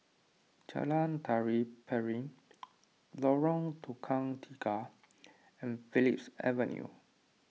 Jalan Tari Piring Lorong Tukang Tiga and Phillips Avenue